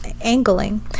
angling